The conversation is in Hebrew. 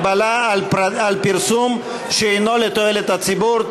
הגבלה על פרסום שאינו לתועלת הציבור),